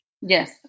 Yes